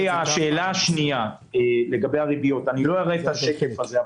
לגבי השאלה השנייה על הריביות לא אראה את השקף הזה,